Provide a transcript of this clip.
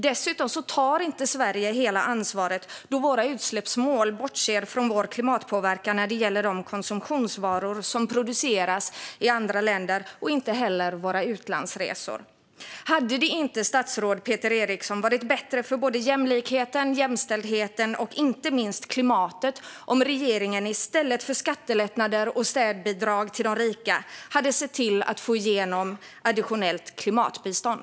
Dessutom tar Sverige inte hela sitt ansvar då våra utsläppsmål bortser från vår klimatpåverkan vad gäller de konsumtionsvaror som produceras i andra länder och våra utlandsresor. Hade det inte, statsrådet Peter Eriksson, varit bättre för jämlikheten, jämställdheten och inte minst klimatet om regeringen i stället för skattelättnader och städbidrag till de rika sett till att få igenom additionellt klimatbistånd?